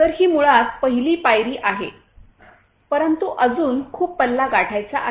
तर ही मुळात पहिली पायरी आहे परंतु अजून खूप पल्ला गाठायचा आहे